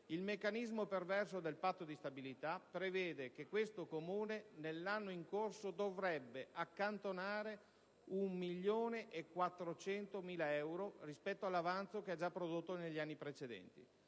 il meccanismo perverso del Patto di stabilità prevede che questo Comune, nell'anno in corso, dovrebbe accantonare 1.400.000 euro rispetto all'avanzo che ha già prodotto negli anni precedenti.